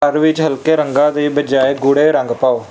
ਘਰ ਵਿੱਚ ਹਲਕੇ ਰੰਗਾਂ ਦੀ ਬਜਾਏ ਗੂੜ੍ਹੇ ਰੰਗ ਪਾਓ